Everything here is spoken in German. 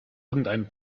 irgendeinem